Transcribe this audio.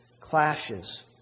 clashes